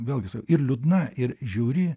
vėlgi ir liūdna ir žiauri